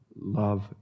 love